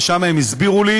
ושם הם הסבירו לי